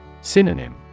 Synonym